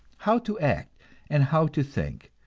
how to act and how to think,